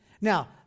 Now